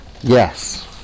Yes